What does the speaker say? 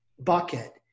bucket